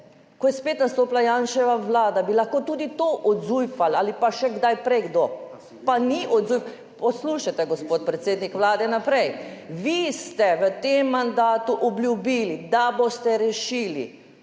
ko je spet nastopila Janševa vlada, bi lahko tudi to odzujfali, ali pa še kdaj prej kdo. Pa ni odzujf... / oglašanje iz dvorane/ Poslušajte, gospod predsednik Vlade, naprej. Vi ste v tem mandatu obljubili, da boste rešili